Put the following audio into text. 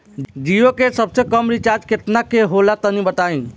जीओ के सबसे कम रिचार्ज केतना के होला तनि बताई?